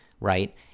right